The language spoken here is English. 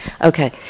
Okay